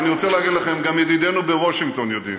ואני רוצה להגיד לכם שגם ידידינו בוושינגטון יודעים,